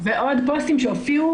ועוד פוסטים שהופיעו,